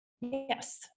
Yes